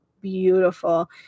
beautiful